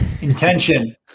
Intention